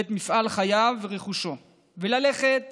את מפעל חייו ורכושו וללכת